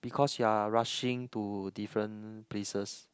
because you are rushing to different places